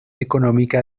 económica